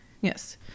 yes